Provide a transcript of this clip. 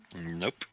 Nope